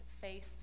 faith